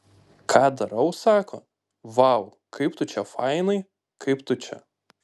ką darau sako vau kaip tu čia fainiai kaip tu čia